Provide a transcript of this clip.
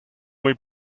muy